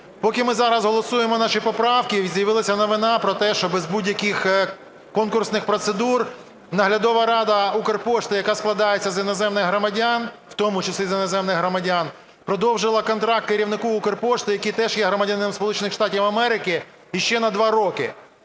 Поки ми зараз голосуємо наші поправки, з'явилась новина про те, що без будь-яких конкурсних процедур наглядова рада Укрпошти, яка складається з іноземних громадян, в тому числі з іноземних громадян, продовжила контракт керівнику Укрпошти, який теж є громадянином Сполучених Штатів Америки, ще на 2 роки.